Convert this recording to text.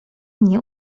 nie